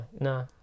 No